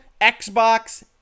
Xbox